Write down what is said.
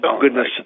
goodness